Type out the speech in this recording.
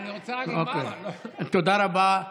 תודה רבה.